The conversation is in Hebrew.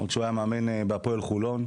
עוד כשהוא היה מאמן בהפועל חולון,